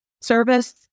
service